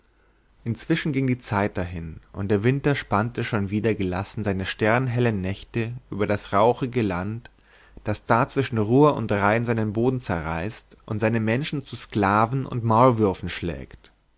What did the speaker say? inzwischen ging die zeit dahin und der winter spannte schon wieder gelassen seine sternhellen nächte über das rauchige land das da zwischen ruhr und rhein seinen boden zerreißt und seine menschen zu sklaven und maulwürfen schlägt